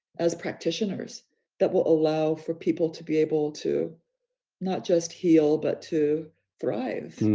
as practitioners that will allow for people to be able to not just heal, but to thrive?